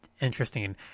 interesting